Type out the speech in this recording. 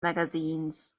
magazines